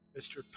Mr